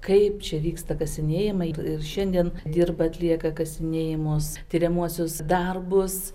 kaip čia vyksta kasinėjimai ir šiandien dirba atlieka kasinėjimus tiriamuosius darbus